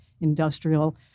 industrial